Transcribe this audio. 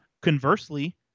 Conversely